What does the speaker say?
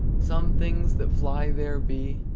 some things that fly there be,